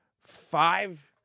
five